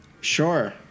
Sure